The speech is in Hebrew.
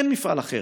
אין מפעל אחר.